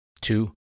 two